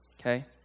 Okay